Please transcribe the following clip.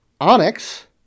Onyx